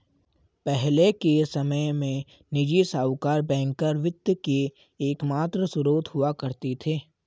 पहले के समय में निजी साहूकर बैंकर वित्त के एकमात्र स्त्रोत हुआ करते थे